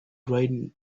wine